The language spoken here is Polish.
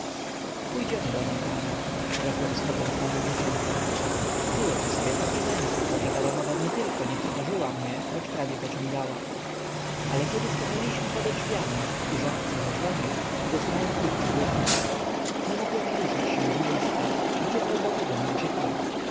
pójdziemy do niej panie rzekłem schodząc na drugie piętro czułem w sobie takie męstwo że baronowa nietylko nie trwożyła mnie lecz prawie pociągała ale kiedy stanęliśmy podedrzwiami i rządca zadzwonił doznałem kurczu w łydkach nie mogłem ruszyć się z miejsca i tylko dlatego nie uciekłem